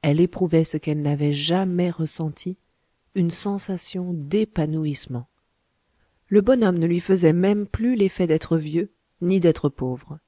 elle éprouvait ce qu'elle n'avait jamais ressenti une sensation d'épanouissement le bonhomme ne lui faisait même plus l'effet d'être vieux ni d'être pauvre